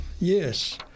Yes